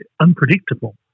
unpredictable